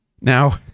Now